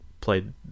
played